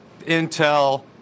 Intel